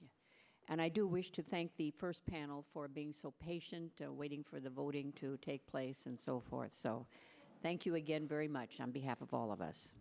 and i do wish to thank the first panel for being so patient waiting for the voting to take place and so forth so thank you again very much on behalf of all of us